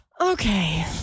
Okay